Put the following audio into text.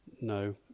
No